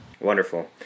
Wonderful